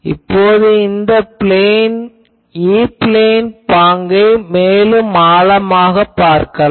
இப்போது நாம் இந்த E பிளேன் பாங்கை மேலும் ஆழமாகப் பார்க்கலாம்